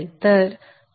तर तेच आहे